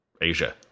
Asia